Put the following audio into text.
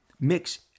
mix